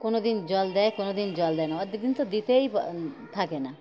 কোনোদিন জল দেয় কোনো দিন জল দেয় না অর্ধেক দিন তো দিতেই থাকে না